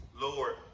Lord